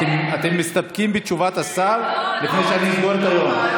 אתם מסתפקים בתשובת השר לפני שאני אסגור את היום.